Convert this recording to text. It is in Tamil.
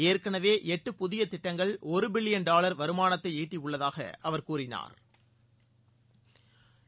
ஏற்கனவே எட்டு புதிய திட்டங்கள் ஒரு பில்லியள் டாலர் வருமானத்தை ஈட்டி உள்ளதாக அவர் கூறினாள்